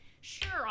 sure